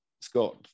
Scott